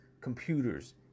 computers